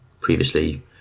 previously